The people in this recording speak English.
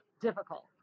difficult